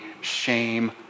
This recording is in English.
shame